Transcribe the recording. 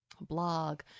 blog